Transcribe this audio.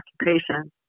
occupation